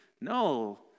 No